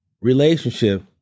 relationship